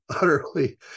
utterly